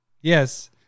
Yes